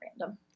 random